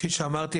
כפי שאמרתי,